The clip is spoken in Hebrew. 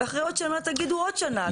ואחרי עוד שנה תגידו עוד שנה.